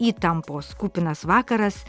įtampos kupinas vakaras